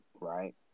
right